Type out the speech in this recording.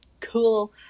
cool